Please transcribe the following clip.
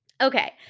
Okay